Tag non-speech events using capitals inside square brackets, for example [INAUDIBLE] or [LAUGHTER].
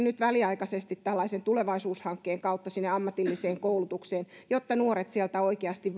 [UNINTELLIGIBLE] nyt väliaikaisesti tällaisen tulevaisuushankkeen kautta sinne ammatilliseen koulutukseen jotta nuoret sieltä oikeasti [UNINTELLIGIBLE]